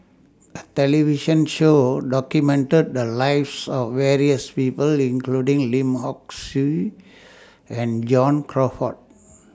A television Show documented The Lives of various of People including Lim Hock Siew and John Crawfurd